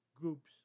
groups